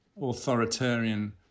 authoritarian